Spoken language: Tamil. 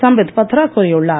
சம்பீத் பத்ரா கூறியுள்ளார்